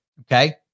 Okay